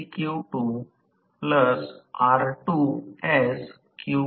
हा पूर्ण भार कार्य बिंदू आहे